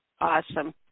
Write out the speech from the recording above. Awesome